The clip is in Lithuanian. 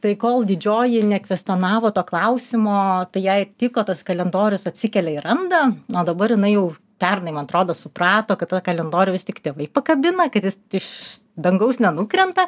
tai kol didžioji nekvestionavo to klausimo tai jai ir tiko tas kalendorius atsikelia ir randa o dabar jinai jau pernai man atrodo suprato kad tą kalendorių vis tik tėvai pakabina kad jis iš dangaus nenukrenta